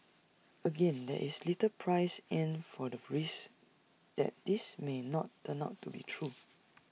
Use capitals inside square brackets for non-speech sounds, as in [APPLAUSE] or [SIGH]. again [NOISE] there is little priced in for the risk that this may not turn out to be true [NOISE]